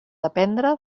dependre